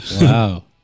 Wow